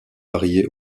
varié